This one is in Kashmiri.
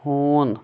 ہوٗن